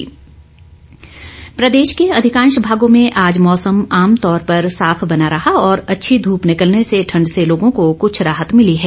मौसम प्रदेश के अधिकांश भागों में आज मौसम आमतौर पर साफ बना रहा और अच्छी धूप निकलने से ठंड से लोगों को कुछ राहत मिली है